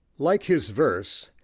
like his verse,